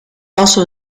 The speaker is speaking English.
also